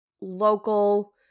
local